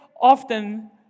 often